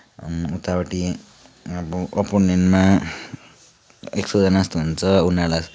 उतापट्टि अब अपोनेन्टमा एक सौजना जस्तो हुन्छ उनीहरूलाई